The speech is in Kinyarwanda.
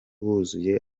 wuzuye